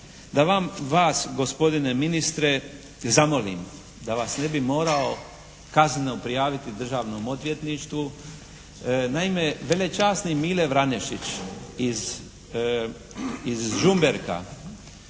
da vas gospodine ministre zamolim da vas ne bi morao kazneno prijaviti Državnom odvjetništvu. Naime, velečasni Mile Vranešić iz Žumberka